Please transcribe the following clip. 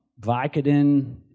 Vicodin